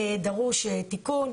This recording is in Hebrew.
שדרוש תיקון.